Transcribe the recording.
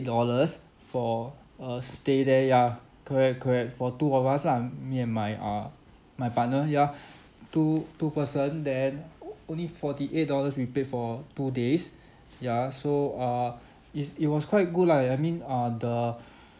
dollars for a stay there yeah correct correct for two of us lah me and my uh my partner yeah two two person then o~ only forty eight dollars we paid for two days ya so uh it's it was quite good lah ya I mean uh the